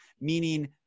meaning